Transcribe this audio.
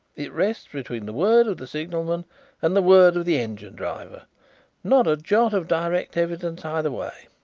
it rests between the word of the signalman and the word of the engine-driver not a jot of direct evidence either way.